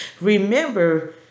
Remember